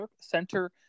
Center